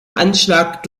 anschlag